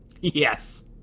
Yes